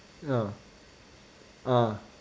ya ah